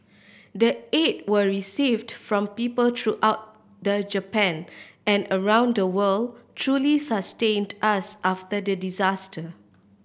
the aid we received from people throughout the Japan and around the world truly sustained us after the disaster